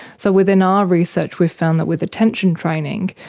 so within our research we've found that with attention training,